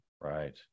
right